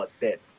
dead